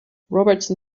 robertson